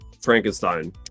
Frankenstein